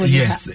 yes